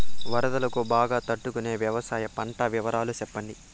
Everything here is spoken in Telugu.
వరదలకు బాగా తట్టు కొనే వ్యవసాయ పంటల వివరాలు చెప్పండి?